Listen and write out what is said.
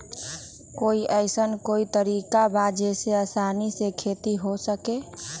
कोई अइसन कोई तरकीब बा जेसे आसानी से खेती हो सके?